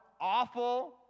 awful